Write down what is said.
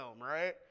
right